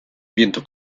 viento